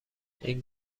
این